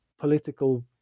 political